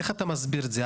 אז איך אתה מסביר את זה?